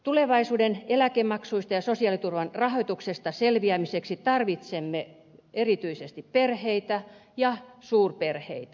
tulevaisuuden eläkemaksuista ja sosiaaliturvan rahoituksesta selviämiseksi tarvitsemme erityisesti perheitä ja suurperheitä